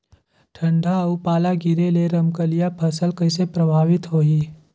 ठंडा अउ पाला गिरे ले रमकलिया फसल कइसे प्रभावित होही?